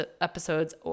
episodes